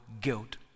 guilt